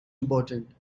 important